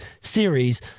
series